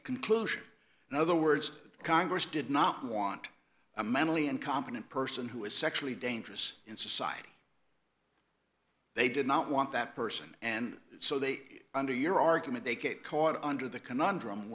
conclusion in other words congress did not want a mentally incompetent person who is sexually dangerous in society they did not want that person and so they under your argument they get caught under the conundrum